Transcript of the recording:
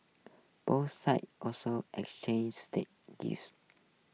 both sides also exchanged say